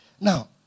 Now